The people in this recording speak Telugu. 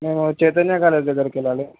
మేము చైతన్య కాలేజీ దగ్గరికి వెళ్ళాలి